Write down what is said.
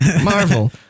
Marvel